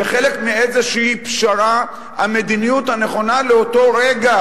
כחלק מאיזושהי פשרה, המדיניות הנכונה לאותו רגע.